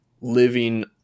living